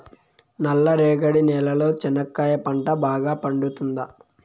నల్ల రేగడి నేలలో చెనక్కాయ పంట బాగా పండుతుందా?